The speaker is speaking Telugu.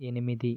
ఎనిమిది